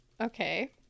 okay